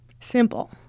Simple